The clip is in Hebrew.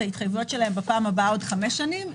ההתחייבויות שלהן בפעם הבאה בעוד חמש שנים,